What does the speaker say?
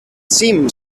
seemed